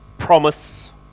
Promise